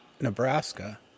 Nebraska